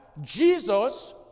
Jesus